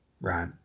right